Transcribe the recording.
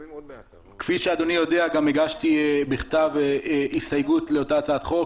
כפי שאדוני יודע גם הגשתי בכתב הסתייגות לאותה הצעת חוק,